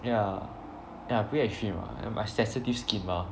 yeah yeah pretty extreme ah my sensitive skin mah